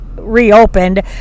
reopened